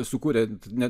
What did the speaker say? sukūrė ne